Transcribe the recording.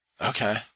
Okay